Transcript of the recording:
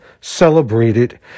celebrated